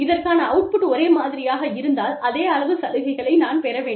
இதற்கான அவுட்புட் ஒரே மாதிரியாக இருந்தால் அதே அளவு சலுகைகளை நான் பெற வேண்டும்